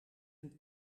een